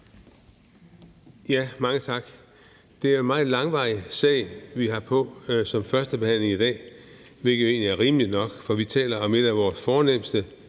Mange tak. Det er en meget langvarig sag, vi har på som første behandling i dag, hvilket jo egentlig er rimeligt nok, for vi taler om et af vores fornemste